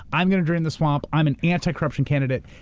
i'm going to drain the swamp. i'm an anti-corruption candidate.